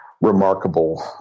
remarkable